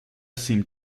seemed